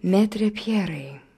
metre pjerai